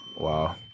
Wow